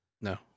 No